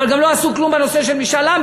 אבל גם לא עשו כלום בנושא של משאל עם,